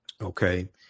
Okay